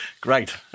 Great